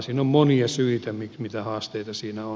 siinä on monia syitä mitä haasteita siinä on